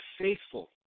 faithful